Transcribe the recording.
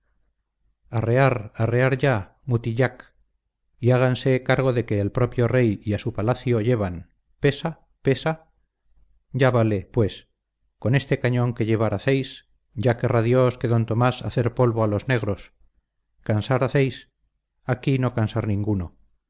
arrear arrear ya mutillac y háganse cargo de que al propio rey a su palacio llevan pesa pesa ya vale pues con este cañón que llevar hacéis ya querrá dios que d tomás hacer polvo a los negros cansar hacéis aquí no cansar ninguno